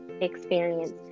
experience